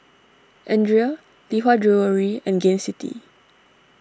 Andre Lee Hwa Jewellery and Gain City